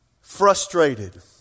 frustrated